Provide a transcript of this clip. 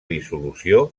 dissolució